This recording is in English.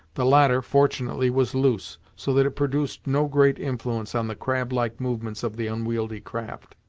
the latter, fortunately, was loose, so that it produced no great influence on the crab like movements of the unwieldy craft.